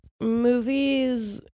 movies